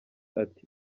ati